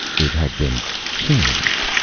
it had been changed.